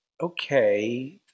okay